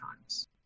times